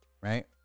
right